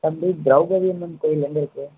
வந்து திரௌபதி அம்மன் கோயில் எங்கே இருக்குது